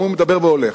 גם הוא מדבר והולך.